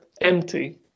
empty